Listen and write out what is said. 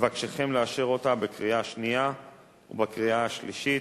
ואבקשכם לאשר אותה בקריאה השנייה ובקריאה השלישית.